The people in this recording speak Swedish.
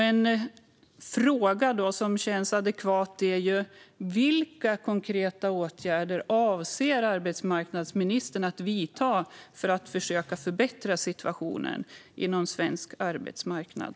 En fråga som då känns adekvat är: Vilka konkreta åtgärder avser arbetsmarknadsministern att vidta för att försöka förbättra situationen inom svensk arbetsmarknad?